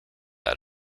out